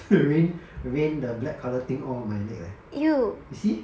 rain rain the black colour thing all on my leg leh you see